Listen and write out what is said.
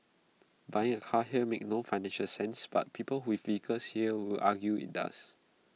buying A car here makes no financial sense but people with vehicles here will argue IT does